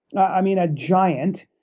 i mean a giant.